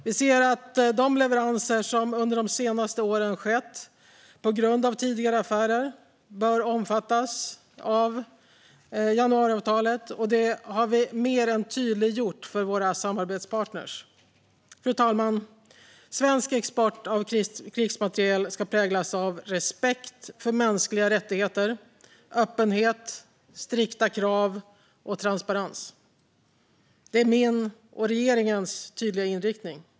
Vi ser att de leveranser som under de senaste åren skett på grund av tidigare affärer bör omfattas av januariavtalet, och detta har vi mer än tydliggjort för våra samarbetspartner. Fru talman! Svensk export av krigsmateriel ska präglas av respekt för mänskliga rättigheter, öppenhet, strikta krav och transparens. Detta är min och regeringens tydliga inriktning.